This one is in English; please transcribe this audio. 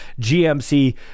GMC